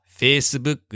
Facebook 、